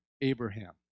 Abraham